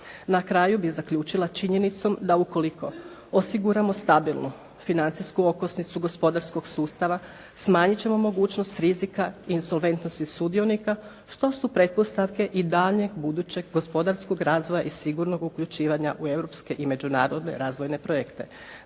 Na kraju bih zaključila činjenicom da ukoliko osiguramo stabilnu financijsku okosnicu gospodarskog sustava smanjit ćemo mogućnost rizika insolventnosti sudionika što su pretpostavke i daljnjeg budućeg gospodarskog razvoja i sigurnog uključivanja u europske i međunarodne razvojne projekte.